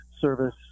service